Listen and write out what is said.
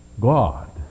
God